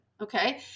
okay